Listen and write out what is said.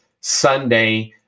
Sunday